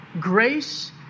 grace